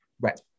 Right